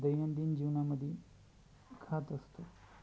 दैनंदिन जीवनामध्ये खात असतो